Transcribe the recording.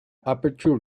aperture